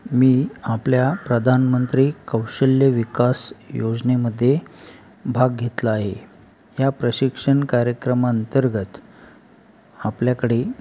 मी आपल्या प्रधानमंत्री कौशल्य विकास योजनेमध्ये भाग घेतला आहे ह्या प्रशिक्षण कार्यक्रमांतर्गत आपल्याकडे